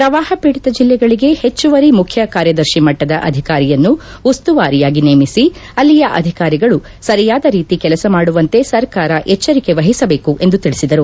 ಪ್ರವಾಪ ಪೀಡಿತ ಜಲ್ಲೆಗಳಿಗೆ ಹೆಚ್ಚುವರಿ ಮುಖ್ಯ ಕಾರ್ಯದರ್ಶಿ ಮಟ್ಟದ ಅಧಿಕಾರಿಯನ್ನು ಉಸ್ತುವಾರಿಯಾಗಿ ನೇಮಿಸಿ ಅಲ್ಲಿಯ ಅಧಿಕಾರಿಗಳು ಸರಿಯಾದ ರೀತಿ ಕೆಲಸ ಮಾಡುವಂತೆ ಸರ್ಕಾರ ಎಚ್ಚರಿಕೆ ವಹಿಸಬೇಕು ಎಂದು ತಿಳಿಸಿದರು